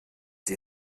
sie